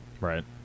right